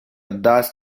даст